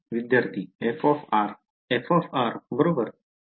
विद्यार्थी f fबरोबर